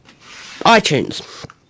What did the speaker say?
iTunes